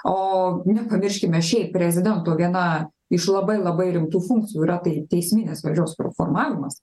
o nepamirškime šiaip prezidento viena iš labai labai rimtų funkcijų yra tai teisminės valdžios pro formavimas